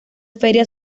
feria